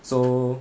so